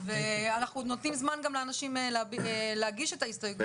אנחנו גם עוד נותנים זמן לאנשים להגיש את ההסתייגויות,